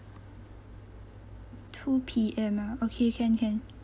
two P_M ah okay can can